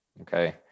Okay